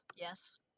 Yes